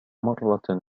مرة